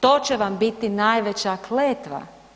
To će vam biti najveća kletva.